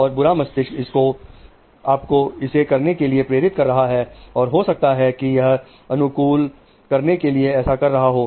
और बुरा मस्तिष्क आपको इसे करने के लिए प्रेरित कर रहा है और हो सकता है कियह अनुकूल करने के लिए ऐसा कर रहा हो